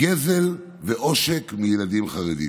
גזל ועושק מילדים חרדים.